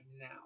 now